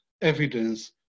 evidence